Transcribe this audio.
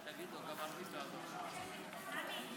36 בעד, אין מתנגדים.